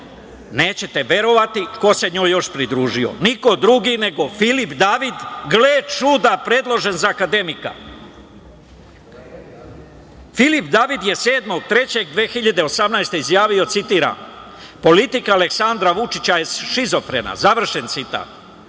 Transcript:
Nećete verovati ko se njoj još pridružio, niko drugi nego Filip David, gle čuda, predložen za akademika. Filip David je 7. marta 2018. godine izjavio, citiram: „Politika Aleksandra Vučića je šizofrena“, završen citat. Taj